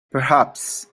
perhaps